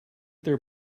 their